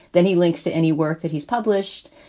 then he links to any work that he's published.